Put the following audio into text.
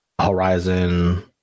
Horizon